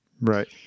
Right